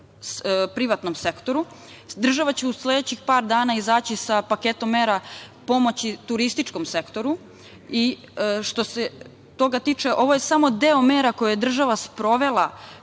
privatnom sektoru. Država će u sledećih par dana izaći sa paketom mera pomoći turističkom sektoru i što se toga tiče, ovo je samo deo mera koje je država sprovela